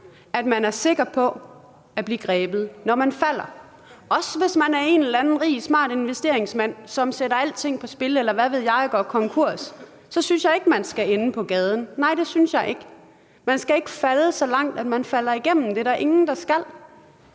at man er sikker på at blive grebet, når man falder, også hvis man er en eller anden rig, smart investeringsmand, som sætter alting på spil, eller hvad ved jeg, og går konkurs. Så synes jeg ikke, man skal ende på gaden. Nej, det synes jeg ikke. Man skal ikke falde så langt, at man falder igennem, og det er der ingen, der skal.